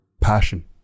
passion